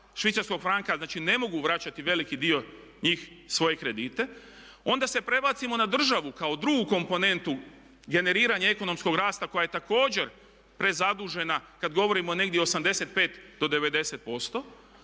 švicarskog franka, znači ne mogu vraćati veliki dio njih svoje kredite. Onda se prebacimo a državu kao drugu komponentu generiranja ekonomskog rasta koja je također prezadužena kad govorimo negdje 85 do 90%.